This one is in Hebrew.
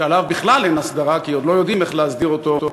שעליו בכלל אין אסדרה כי עוד לא יודעים איך להסדיר אותו,